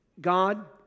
God